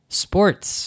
sports